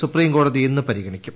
സുപ്രീംകോടതി ഇന്ന് പരിഗണിക്കും